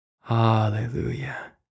Hallelujah